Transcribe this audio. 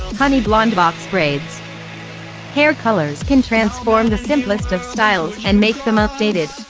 honey blonde box braids hair colors can transform the simplest of styles and make them updated,